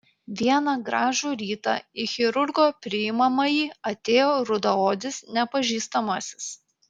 vieną gražų rytą į chirurgo priimamąjį atėjo rudaodis nepažįstamasis